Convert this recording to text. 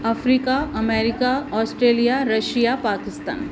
Africa America Australia Russia Pakistan